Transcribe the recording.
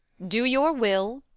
do your will.